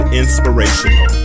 inspirational